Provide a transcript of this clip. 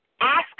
ask